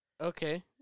Okay